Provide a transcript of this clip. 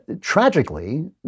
tragically